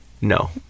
no